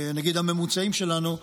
נגיד הממוצעים שלנו,